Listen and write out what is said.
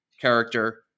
character